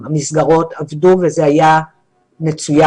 המסגרות עבדו וזה היה מצוין.